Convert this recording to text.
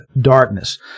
darkness